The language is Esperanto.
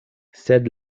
sed